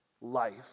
life